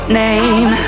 name